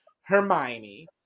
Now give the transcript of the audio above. Hermione